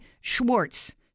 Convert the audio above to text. Schwartz